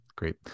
Great